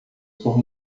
por